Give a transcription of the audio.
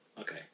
okay